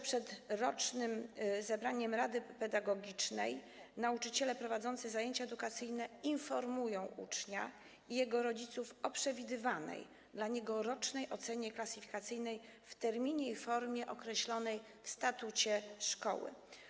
Przed rocznym zebraniem rady pedagogicznej nauczyciele prowadzący zajęcia edukacyjne informują ucznia i jego rodziców o przewidywanej dla niego rocznej ocenie klasyfikacyjnej w terminie i formie określonych w statucie szkoły.